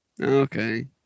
Okay